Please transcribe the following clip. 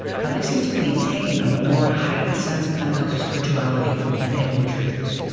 how they seem to maintain a more heightened sense of pentecostal spirituality than anglo churches.